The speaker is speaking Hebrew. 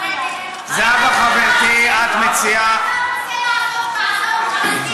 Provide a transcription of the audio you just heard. זהבה חברתי, את מציעה, אם אתה רוצה לעזוב, תעזוב.